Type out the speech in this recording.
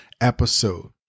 episode